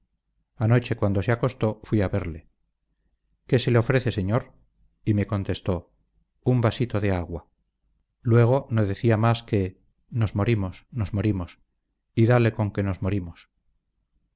anoche cuando se acostó fui a verle qué se le ofrece señor y me contestó un vasito de agua luego no decía más que nos morimos nos morimos y dale con que nos morimos